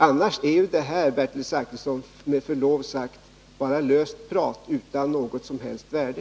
Annars är detta, Bertil Zachrisson, med förlov sagt bara löst prat utan något som helst värde.